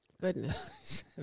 Goodness